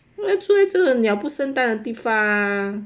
对咯住在鸟不生蛋的地方